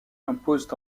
imposent